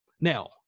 Now